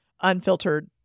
unfiltered